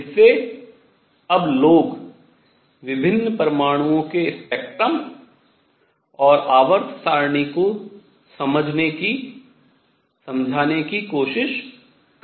जिससे अब लोग विभिन्न परमाणुओं के स्पेक्ट्रम और आवर्त सारणी को समझाने की कोशिश करते हैं